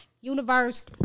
Universe